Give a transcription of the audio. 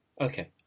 Okay